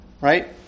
right